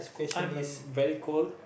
I'm a very cold